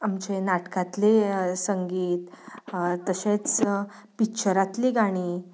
आमचें नाटकांतलें संगीत तशेंच पिक्चरांतलीं गाणीं